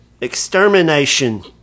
extermination